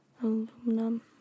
aluminum